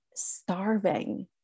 starving